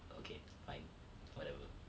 okay fine whatever